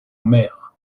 mer